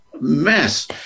mess